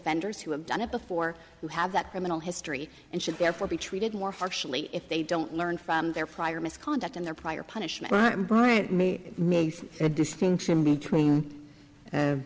offenders who have done it before who have that criminal history and should therefore be treated more harshly if they don't learn from their prior misconduct in their prior punishment brian may make a distinction between